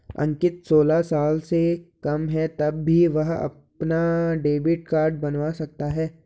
अंकित सोलह साल से कम है तब भी वह अपना डेबिट कार्ड बनवा सकता है